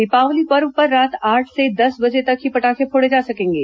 दीपावली पर्व पर रात आठ से दस बजे तक ही पटाखे फोड़े जा सकेंगे